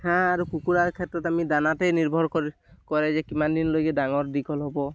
হাঁহ আৰু কুকুৰাৰ ক্ষেত্ৰত আমি দানাতেই নিৰ্ভৰ কৰি কৰে যে কিমান দিনলৈকে ডাঙৰ দীঘল হ'ব